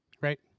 right